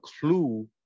clue